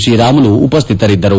ಶ್ರೀರಾಮುಲು ಉಪಸ್ಥಿತರಿದ್ದರು